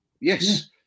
Yes